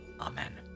Amen